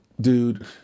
dude